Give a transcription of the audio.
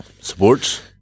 Sports